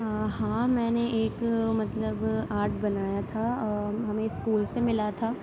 ہاں ہاں میں نے ایک مطلب آرٹ بنایا تھا ہمیں اسکول سے ملا تھا